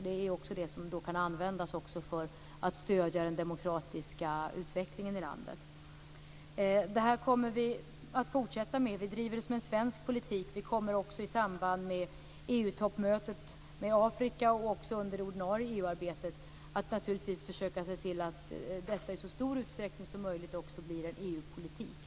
Det kan ju också användas till att stödja den demokratiska utvecklingen i landet. Vi kommer att fortsätta med detta. Vi driver det som en svensk politik, och vi kommer också att i samband med EU-toppmötet med Afrika och naturligtvis även under det ordinarie EU-arbetet försöka se till att det i så stor utsträckning som möjligt också blir en EU-politik.